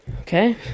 Okay